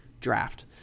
draft